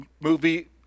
movie